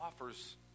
offers